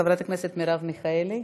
חברת הכנסת מרב מיכאלי.